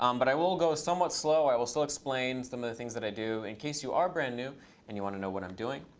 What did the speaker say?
um but i will go somewhat slow. i will still explain some of the many things that i do, in case you are brand new and you want to know what i'm doing.